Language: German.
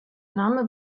name